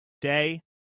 day